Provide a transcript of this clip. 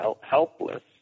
helpless